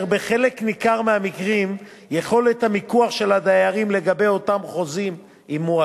ובחלק ניכר מהמקרים יכולת המיקוח של הדיירים לגבי אותם חוזים היא מעטה.